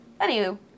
Anywho